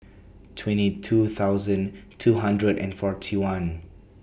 twenty two thousand two hundred and forty one